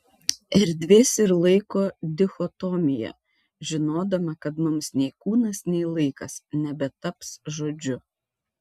erdvės ir laiko dichotomija žinodama kad mums nei kūnas nei laikas nebetaps žodžiu